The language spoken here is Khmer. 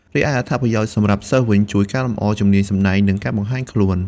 រីឯអត្ថប្រយោជន៍សម្រាប់សិស្សវិញជួយកែលម្អជំនាញសម្តែង និងការបង្ហាញខ្លួន។